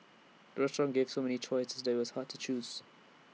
the restaurant gave so many choices that IT was hard to choose